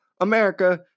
America